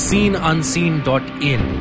SeenUnseen.in